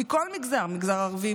מכל מגזר: המגזר הערבי,